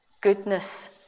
goodness